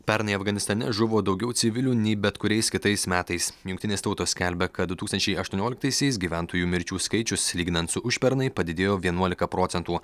pernai afganistane žuvo daugiau civilių nei bet kuriais kitais metais jungtinės tautos skelbia kad du tūkstančiai aštuonioliktaisiais gyventojų mirčių skaičius lyginant su užpernai padidėjo vienuolika procentų